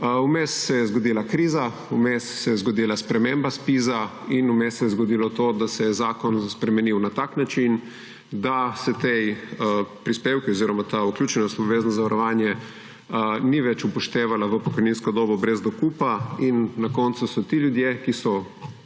Vmes se je zgodila kriza, vmes se je zgodila sprememba ZPIZ in vmes se je zgodilo to, da se je zakon spremenil na način, da se ti prispevki oziroma ta vključenost v obvezno zavarovanje ni več štela v pokojninsko dobo brez dokupa in na koncu so ti ljudje, ki so,